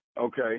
Okay